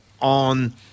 on